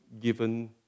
given